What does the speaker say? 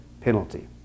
penalty